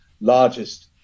largest